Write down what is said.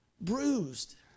Bruised